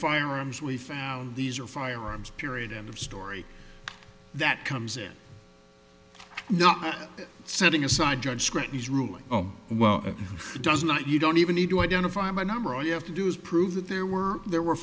firearms we found these are firearms period end of story that comes in now setting aside judge scratches ruling oh well it does not you don't even need to identify my number all you have to do is prove that there were there were